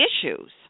issues